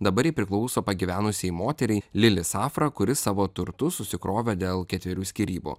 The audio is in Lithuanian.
dabar ji priklauso pagyvenusiai moteriai lili safra kuri savo turtus susikrovė dėl ketverių skyrybų